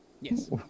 Yes